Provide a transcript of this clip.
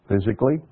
physically